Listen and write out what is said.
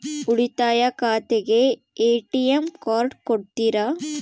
ಉಳಿತಾಯ ಖಾತೆಗೆ ATM card ಕೊಡ್ತೇರಿ?